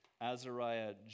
Azariah